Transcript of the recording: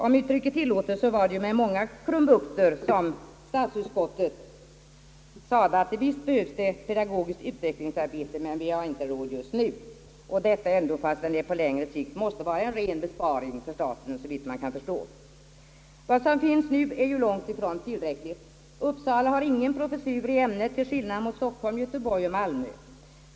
Om uttrycket tillåtes var det med många krumbukter som statsutskottet sade, att visst behövs det pedagogiskt utvecklingsarbete men vi har inte råd med det just nu; detta fastän det på längre sikt måste vara en ren besparing för staten, såvitt man kan förstå. Vad som finns nu är ju långt ifrån tillräckligt. Uppsala har ingen professur i ämnet till skillnad från Stockholm, Göteborg och Malmö.